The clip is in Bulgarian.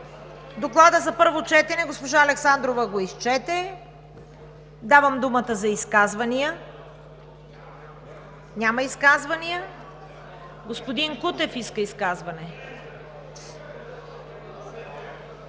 Доклада за първо четене госпожа Александрова го изчете. Давам думата за изказвания. (Реплики: „Няма, няма!“) Господин Кутев иска изказване.